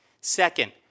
Second